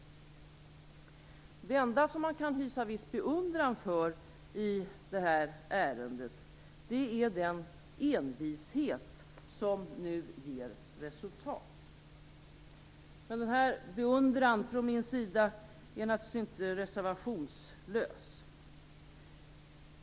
Det enda man kan hysa viss beundran för i det här ärendet är den envishet som nu ger resultat. Men denna beundran från min sida är naturligtvis inte reservationslös.